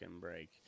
break